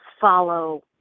follow